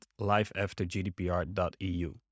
lifeaftergdpr.eu